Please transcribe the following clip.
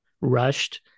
rushed